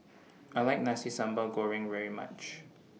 I like Nasi Sambal Goreng very much